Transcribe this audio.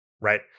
right